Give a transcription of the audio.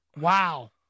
Wow